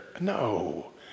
no